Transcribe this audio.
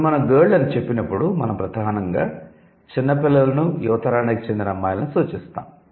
ఇప్పుడు మనం 'గర్ల్' అని చెప్పినప్పుడు మనం ప్రధానంగా చిన్నపిల్లలను యువ తరానికి చెందిన అమ్మాయిలను సూచిస్తాము